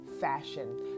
fashion